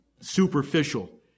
superficial